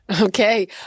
Okay